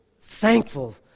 thankful